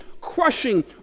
crushing